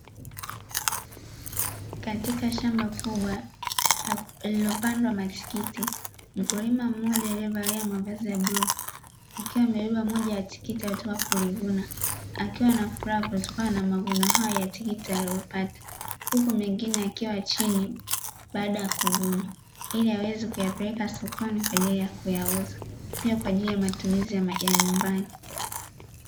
Katika shamba kubwa lililopandwa matikiti, mkulima mmoja aliyevalia mavazi ya bluu akiwa amebeba moja ya tikiti katoka kulivuna, akiwa na furaha kutokana na mavuno haya tikiti aliyoyapata, huku mengine yakiwa chini baada ya kuvuna ili aweze kuyapeleka sokoni kwa ajili ya kuyauza pia kwa ajili ya matumizi ya nyumbani.